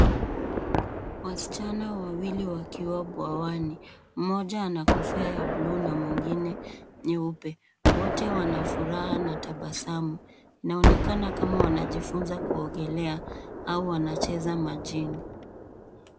Wasichana wawili wakiwa bwawani. Mmoja ana kofia ya blue na mwingine nyeupe. Wote wana furaha na tabasamu inaonekana kama wanajifunza kuogelea au wanacheza majini.